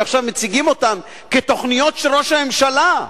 שעכשיו מציגים אותן כתוכניות של ראש הממשלה.